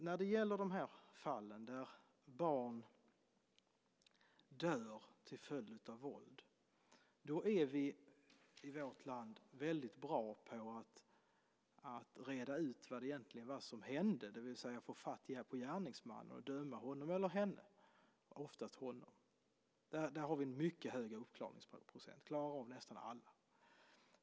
När det gäller de fall där barn dött till följd av våld är vi i vårt land väldigt bra på att reda ut vad det var som egentligen hände, det vill säga att få fatt i gärningsmannen och döma honom eller henne, oftast honom. Där har vi en mycket högre uppklaringsprocent. Vi klarar upp nästan alla.